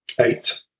Eight